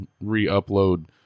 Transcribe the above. re-upload